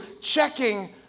checking